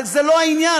אבל זה לא העניין,